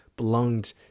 Belonged